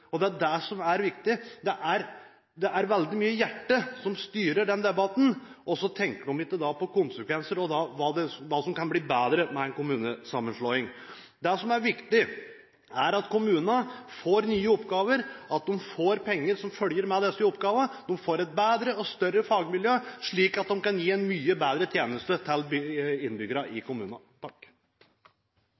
ofte. Det er det som er viktig. Det er veldig mye hjertet som styrer denne debatten, og så tenker en ikke på konsekvenser og hva som kan bli bedre med en kommunesammenslåing. Det som er viktig, er at kommunene får nye oppgaver, at de får penger som følger med disse oppgavene, og at de får et bedre og større fagmiljø, slik at de kan gi en mye bedre tjeneste til innbyggerne i